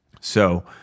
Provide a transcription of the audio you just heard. So-